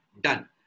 Done